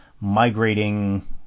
migrating